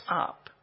up